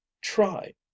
try